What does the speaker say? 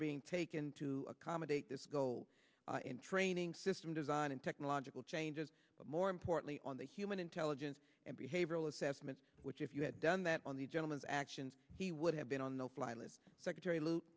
are being taken to accommodate this goal in training system design and technological changes but more importantly on the human intelligence and behavioral assessment which if you had done that on the gentleman's actions he would have been on the fly list secretary l